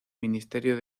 ministerio